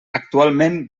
actualment